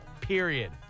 period